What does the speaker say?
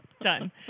done